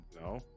No